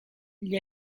gli